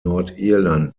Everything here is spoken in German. nordirland